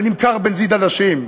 ונמכר בנזיד עדשים.